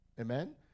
Amen